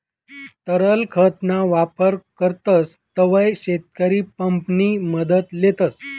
तरल खत ना वापर करतस तव्हय शेतकरी पंप नि मदत लेतस